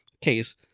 case